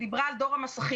היא דיברה על דור המסכים.